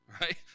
right